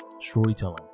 storytelling